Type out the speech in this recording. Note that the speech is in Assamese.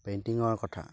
পেইণ্টিংৰ কথা